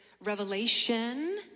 revelation